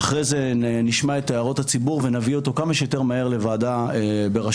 אחרי זה נשמע את הערות הציבור ונביא אותו כמה שיותר מהר לוועדה בראשותך.